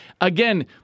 again